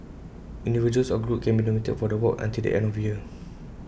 individuals or groups can be nominated for the award until the end of the year